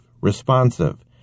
responsive